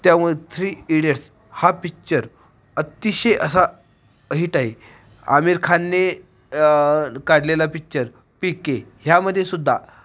त्यामुळे three idiots हा picture अतिशय असा हिट आहे आमिर खानने काढलेला पिच्चर पी के ह्या मध्ये सुद्धा